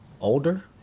older